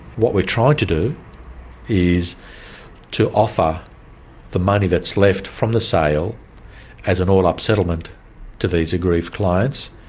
what we tried to do is to offer the money that's left from the sale as an all-up settlement to these aggrieved clients,